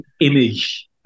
image